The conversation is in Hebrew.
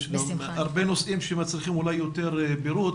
יש גם הרבה נושאים שמצריכים אולי יותר פירוט,